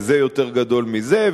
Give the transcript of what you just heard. זה יותר גדול מזה,